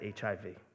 HIV